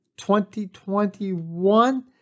2021